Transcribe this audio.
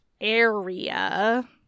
area